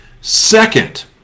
Second